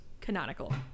canonical